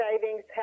savings